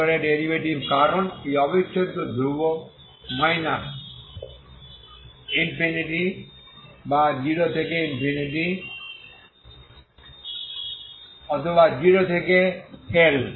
ভিতরে ডেরিভেটিভ কারণ এই অবিচ্ছেদ্য ধ্রুব মাইনাস ইনফিনিটি বা 0 থেকে ইনফিনিটি অথবা 0 থেকে L